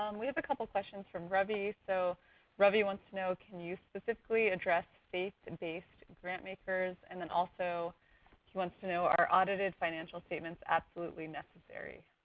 um we have a couple questions from ravi. so ravi wants to know can you specifically address faith-based grant makers? and then also she wants to know are audited financial statements absolutely necessary?